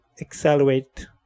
accelerate